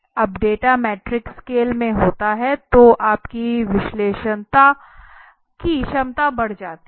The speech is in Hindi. जब डेटा मीट्रिक स्केल में होता हैं तोह आपकी विश्लेषण की क्षमता बढ़ जाती है